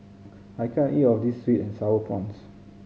I can't eat all of this sweet and Sour Prawns